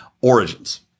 Origins